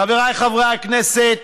חבריי חברי הכנסת,